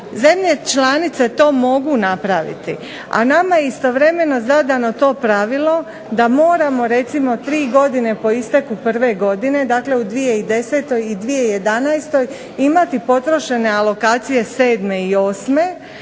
Zemlje članice to mogu napraviti. A nama je istovremeno zadano to pravilo da moramo recimo 3 godine po isteku prve godine, dakle u 2010. i 2011., imati potrošene alokacije 2007. i